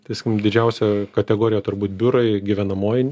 tai didžiausia kategorija turbūt biurai gyvenamoji